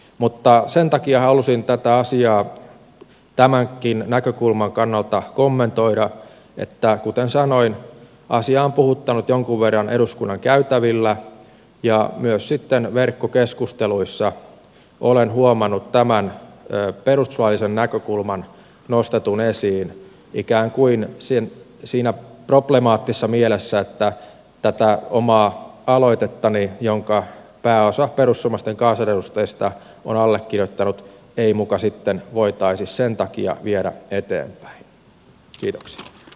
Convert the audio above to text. mutta sen takia halusin tätä asiaa tämänkin näkökulman kannalta kommentoida että kuten sanoin asia on puhuttanut jonkun verran eduskunnan käytävillä ja myös verkkokeskusteluissa olen huomannut tämän perustuslaillisen näkökulman nostetun esiin ikään kuin siinä problemaattisessa mielessä että tätä omaa aloitettani jonka pääosa perussuomalaisten kansanedustajista on allekirjoittanut ei muka sitten voitaisi sen takia viedä eteenpäin